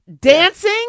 Dancing